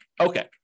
Okay